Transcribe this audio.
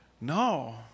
no